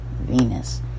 Venus